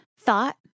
thought